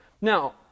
Now